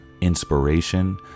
inspiration